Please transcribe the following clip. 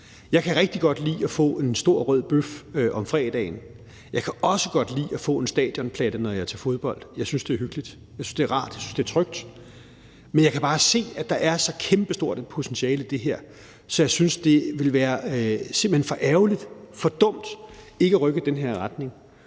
Jeg kan rigtig godt lide at få en stor, rød bøf om fredagen, og jeg kan også godt lide at få en stadionplatte, når jeg er til fodbold. Jeg synes, det er hyggeligt, jeg synes, det er rart, og jeg synes, det er trygt. Men jeg kan bare se, at der er så kæmpestort et potentiale i det her, at jeg synes, at det simpelt hen vil være for ærgerligt og for dumt ikke at rykke i den her retning.